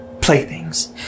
playthings